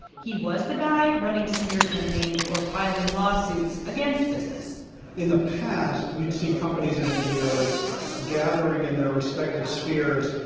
he was the guy running smear campaigns or filing lawsuits against business in the past you'd see companies and ngos gathering in their respective spheres,